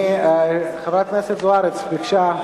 חברת הכנסת זוארץ ביקשה,